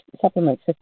supplements